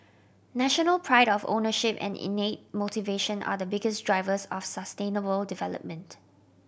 national pride of ownership and innate motivation are the biggest drivers of sustainable development